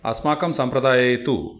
अस्माकं सम्प्रदाये तु